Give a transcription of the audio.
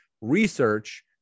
research